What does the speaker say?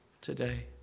today